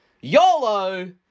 YOLO